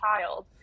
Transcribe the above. child